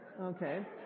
Okay